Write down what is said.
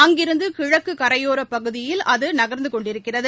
அங்கிருந்துகிழக்குகரையோரப் பகுதியில் அதுநகா்ந்துகொண்டிருக்கிறது